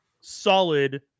solid